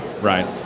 Right